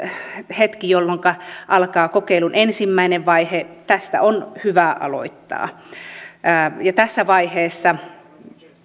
hetki jolloinka alkaa kokeilun ensimmäinen vaihe tästä on hyvä aloittaa tässä vaiheessa